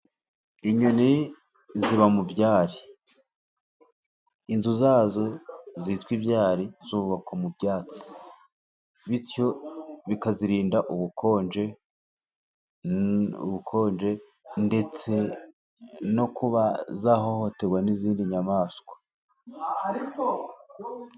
Inyoni ziba mu byari, inzu zazo zitwa ibyari zubakwa mu byatsi, bityo bikazirinda ubukonje, ubukonje ndetse no kuba zahohoterwa n'izindi nyamaswa.